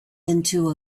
into